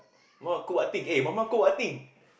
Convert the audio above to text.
Ma cook what thing eh Mama cook what thing